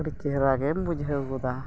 ᱟᱹᱰᱤ ᱪᱮᱦᱨᱟᱜᱮᱢ ᱵᱩᱡᱷᱟᱹᱣ ᱜᱚᱫᱟ